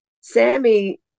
Sammy